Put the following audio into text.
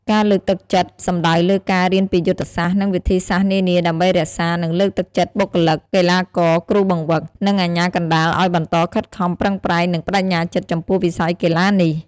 ការលើកទឹកចិត្តសំដៅលើការ រៀនពីយុទ្ធសាស្ត្រ និងវិធីសាស្រ្តនានាដើម្បីរក្សា និងលើកទឹកចិត្តបុគ្គលិក កីឡាករ គ្រូបង្វឹក និងអាជ្ញាកណ្តាលឲ្យបន្តខិតខំប្រឹងប្រែង និងប្តេជ្ញាចិត្តចំពោះវិស័យកីឡានេះ។